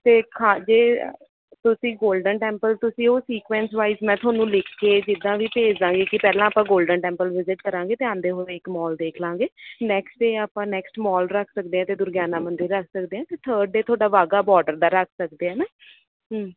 ਅਤੇ ਖਾ ਜੇ ਅ ਤੁਸੀਂ ਗੋਲਡਨ ਟੈਂਪਲ ਤੁਸੀਂ ਉਹ ਸੀਕੁਐਂਸ ਵਾਈਜ਼ ਮੈਂ ਤੁਹਾਨੂੰ ਲਿਖ ਕੇ ਜਿੱਦਾਂ ਵੀ ਭੇਜ ਦੇਵਾਂਗੀ ਕਿ ਪਹਿਲਾਂ ਆਪਾਂ ਗੋਲਡਨ ਟੈਂਪਲ ਵਿਜ਼ਿਟ ਕਰਾਂਗੇ ਅਤੇ ਆਉਂਦੇ ਹੋਏ ਇੱਕ ਮੋਲ ਦੇਖ ਲਵਾਂਗੇ ਨੈਕਸਟ ਡੇ ਆਪਾਂ ਨੈਕਸਟ ਮੋਲ ਰੱਖ ਸਕਦੇ ਅਤੇ ਦੁਰਗਿਆਨਾ ਮੰਦਿਰ ਰੱਖ ਸਕਦੇ ਹਾਂ ਥਰਡ ਡੇ ਤੁਹਾਡਾ ਵਾਹਗਾ ਬੋਡਰ ਦਾ ਰੱਖ ਸਕਦੇ ਹਾਂ ਨਾ